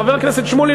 חבר הכנסת שמולי,